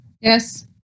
Yes